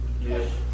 Yes